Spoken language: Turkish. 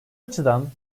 açıdan